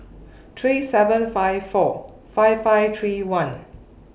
three seven five four five five three one